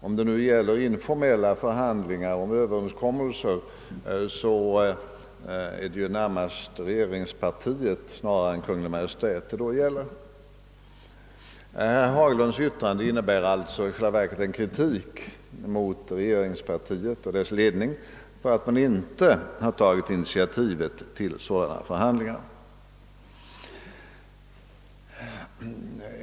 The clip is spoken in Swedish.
Om det gäller informella förhandlingar om Ööverenskommelser är ju detta regeringspartiets sak snarare än Kungl. Maj:ts. Herr Haglunds yttrande innebär alltså i själva verket en kritik mot regeringspartiet och dess ledning för att initiativ till sådana förhandlingar inte tagits.